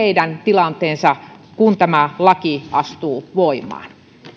heidän tilanteensa kun tämä laki astuu voimaan